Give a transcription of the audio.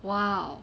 !wow!